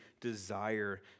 desire